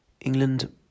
England